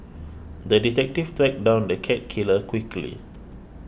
the detective tracked down the cat killer quickly